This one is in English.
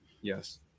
yes